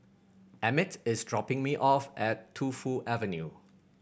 emmit is dropping me off at Tu Fu Avenue